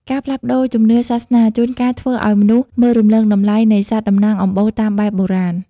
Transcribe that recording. ការផ្លាស់ប្តូរជំនឿសាសនា ជួនកាលធ្វើឱ្យមនុស្សមើលរំលងតម្លៃនៃសត្វតំណាងអំបូរតាមបែបបុរាណ។